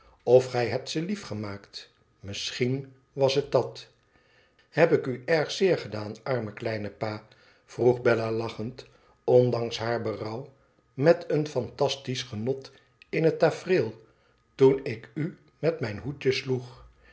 of gij hebt ze lief gemaakt misschien was het dat heb ik u erg zeer gedaan arme kleine pa vroeg bella lachend ondanks haar berouw meteen fantastisch genot in het tafereel toen ik u met mijn hoedje sloeg